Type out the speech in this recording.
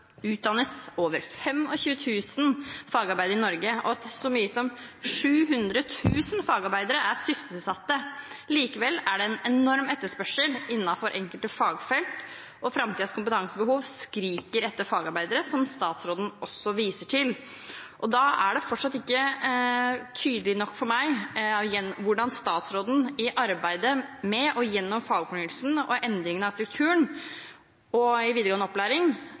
utdannes over 25 000 fagarbeidere i Norge, og at så mange som 700 000 fagarbeidere er sysselsatt. Likevel er det en enorm etterspørsel innenfor enkelte fagfelt, og framtidens kompetansebehov skriker etter fagarbeidere – som statsråden også viser til. Det er fortsatt ikke tydelig nok for meg hvordan statsråden i arbeidet med og gjennom fagfornyelse og endring av strukturen i videregående opplæring